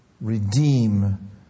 redeem